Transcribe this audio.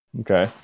Okay